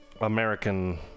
American